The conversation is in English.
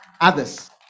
Others